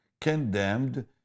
condemned